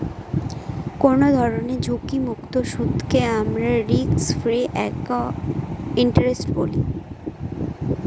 কোনো ধরনের ঝুঁকিমুক্ত সুদকে আমরা রিস্ক ফ্রি ইন্টারেস্ট বলি